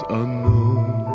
unknown